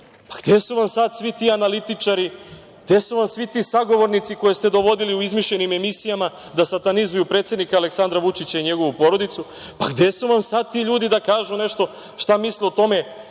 S? Gde su vam sada svi ti analitičari, gde su vam svi ti sagovornici koje ste dovodili u izmišljenim emisijama, da satanizuju predsednika Aleksandra Vučića i njegovu porodicu. Pa, gde su vam sad ti ljudi da kažu nešto šta misle o tome,